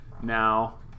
now